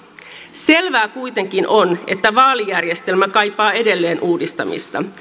selvää kuitenkin on että vaalijärjestelmä kaipaa edelleen uudistamista